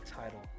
title